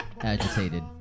agitated